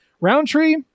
Roundtree